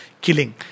killing